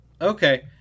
okay